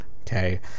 Okay